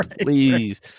Please